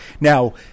Now